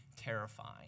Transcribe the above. terrifying